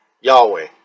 Yahweh